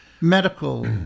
Medical